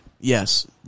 Yes